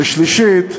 ושלישית,